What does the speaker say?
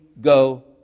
go